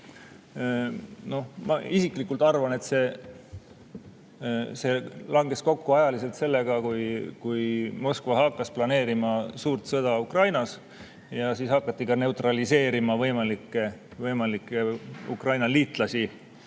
Ma isiklikult arvan, et see langes ajaliselt kokku sellega, kui Moskva hakkas planeerima suurt sõda Ukrainas ja siis hakati ka neutraliseerima võimalikke Ukraina liitlasi